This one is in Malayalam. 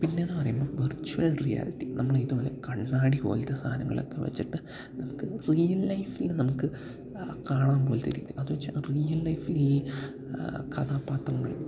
പിന്നെയെന്നു പറയുമ്പോള് വെർച്വൽ റിയാലിറ്റി നമ്മള് ഇതുപോലെ കണ്ണാടി പോലത്തെ സാധനങ്ങളൊക്കെ വച്ചിട്ട് നമുക്ക് റിയൽ ലൈഫില് നമുക്ക് കാണാൻ പോലത്തെ രീതിയില് അതുവച്ചാല് റിയൽ ലൈഫില് ഈ കഥാപാത്രങ്ങൾ